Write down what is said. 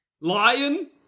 Lion